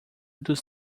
dos